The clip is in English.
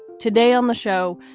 today on the show,